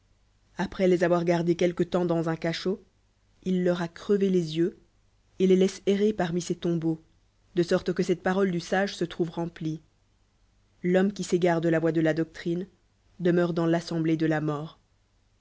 après les avoir gard quelque temps dana un cachot il leur a crevé les yeux et les laisse errer parmi ces todl beaux de sorte que cette parole du p sage se trouve remplie l'homme qui s'égare la voix de la voie de la dqclrriae deuaeure dans l'a ssenablée de la orl